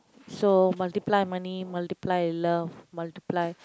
so multiply money multiply love multiply